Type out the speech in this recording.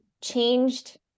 changed